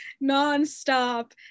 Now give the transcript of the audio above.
non-stop